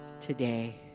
today